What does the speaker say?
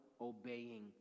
obeying